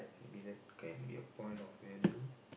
maybe that can be a point of value